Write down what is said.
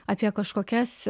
apie kažkokias